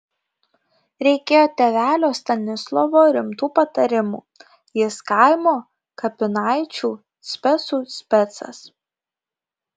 reikėjo tėvelio stanislovo rimtų patarimų jis kaimo kapinaičių specų specas